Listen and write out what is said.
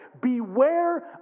Beware